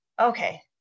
okay